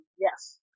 Yes